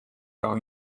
par